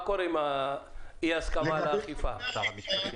מה קורה עם האי-הסכמה לגבי האכיפה?